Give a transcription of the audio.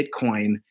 Bitcoin